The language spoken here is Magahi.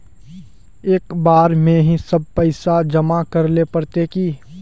एक बार में ही सब पैसा जमा करले पड़ते की?